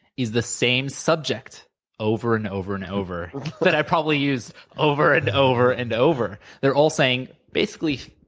is the same subject over and over and over that i probably used over and over and over. they're all saying, basically,